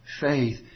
faith